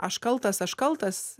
aš kaltas aš kaltas